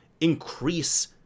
increase